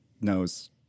knows